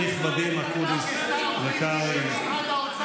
לא היה כמעט מה להוריד,